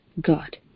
God